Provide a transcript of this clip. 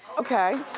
okay.